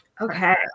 Okay